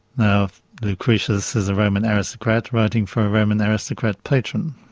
now, lucretius is a roman aristocrat writing for a roman aristocrat patron,